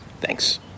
Thanks